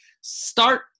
Start